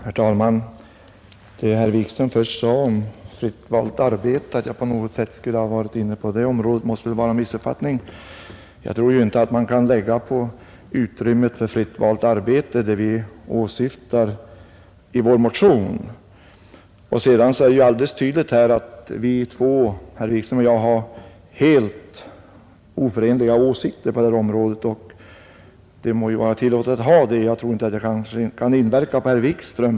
Herr talman! Herr Wikström måste ha missuppfattat mig — jag har inte tagit upp frågan om fritt valt arbete. Jag tror inte att det är möjligt att på utrymmet för fritt valt arbete lägga vad vi åsyftar i vår motion. Det är alldeles tydligt att herr Wikström och jag har helt oförenliga åsikter på detta område. Det må vara oss tillåtet — jag tror inte att jag kan påverka herr Wikström.